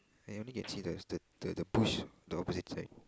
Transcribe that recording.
I only can see the the the push the opposite side